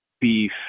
beef